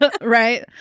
right